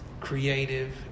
creative